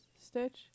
Stitch